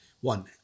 One